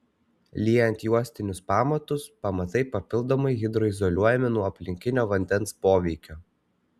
liejant juostinius pamatus pamatai papildomai hidroizoliuojami nuo aplinkinio vandens poveikio